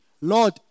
Lord